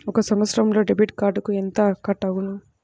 ఒక సంవత్సరంలో డెబిట్ కార్డుకు ఎంత కట్ అగును?